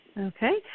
Okay